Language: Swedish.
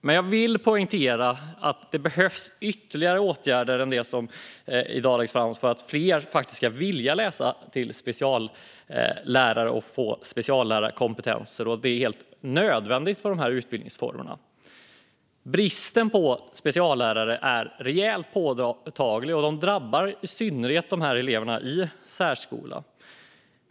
Men jag vill poängtera att det behövs fler åtgärder än de som i dag läggs fram för att fler ska vilja läsa till speciallärare och få speciallärarkompetens. Det är helt nödvändigt för dessa utbildningsformer. Bristen på speciallärare är rejält påtaglig och drabbar i synnerhet eleverna i särskolan.